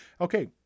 Okay